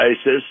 ISIS